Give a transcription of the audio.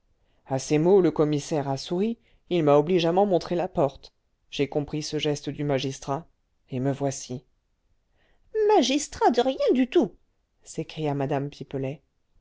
à ces mots le commissaire a souri il m'a obligeamment montré la porte j'ai compris ce geste du magistrat et me voici magistrat de rien du tout s'écria mme pipelet